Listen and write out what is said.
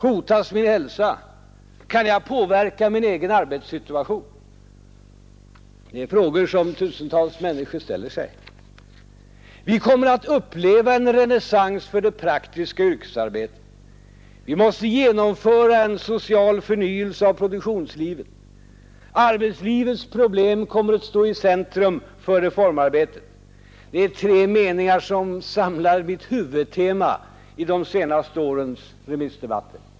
Hotas min hälsa? Kan jag påverka min egen arbetssituation? Det är frågor som hundratusentals människor ställer sig. Vi kommer att uppleva en renässans för det praktiska yrkesarbetet. Vi måste genomföra en social förnyelse av produktionslivet. Arbetslivets problem kommer att stå i centrum för reformarbetet. Det är tre meningar som bildar mitt huvudtema i de senaste årens remissdebatter.